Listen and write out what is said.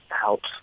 helps